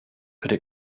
could